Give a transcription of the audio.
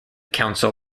council